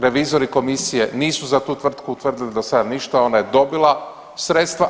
Revizori, komisije nisu za tu tvrtku utvrdili do sad ništa, ona je dobila sredstva.